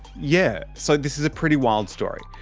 yeah. so this is a pretty wild story.